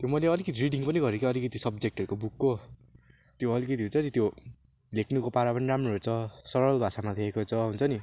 त्यो मैले अलिकति रिडिङ पनि गरेँ कि अलिकति सब्जेक्टहरको बुकको त्यो अलिकति हुन्छ नि त्यो लेख्नुको पारा पनि राम्रो रहेछ सरल भाषामा लेखेको छ हुन्छ नि